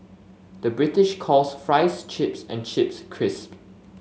the British calls fries chips and chips crisp